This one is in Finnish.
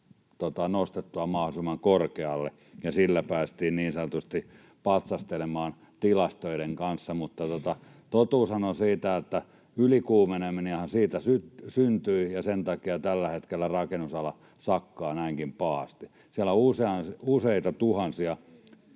nostettua mahdollisimman korkealle, ja sillä päästiin niin sanotusti patsastelemaan tilastojen kanssa. Mutta totuushan on se, että ylikuumeneminenhan siitä syntyi, ja sen takia tällä hetkellä rakennusala sakkaa näinkin pahasti. Siellä on useita tuhansia